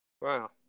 Wow